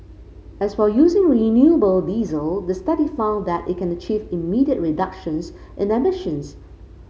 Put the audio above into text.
as for using renewable diesel the study found that it can achieve immediate reductions in emissions